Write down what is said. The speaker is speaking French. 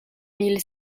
mille